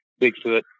Bigfoot